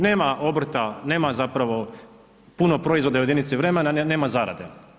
Nema obrta, nema zapravo puno proizvoda u jedinici vremena, nema zarade.